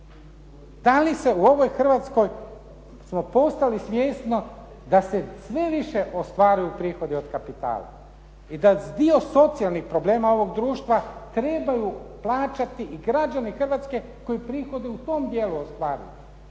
Da li se u ovoj Hrvatskoj smo postali svjesno da se sve više ostvaruju prihodi od kapitala i da dio socijalnih problema ovog društva trebaju plaćati i građani Hrvatske koji prihode u tom djelu ostvaruju.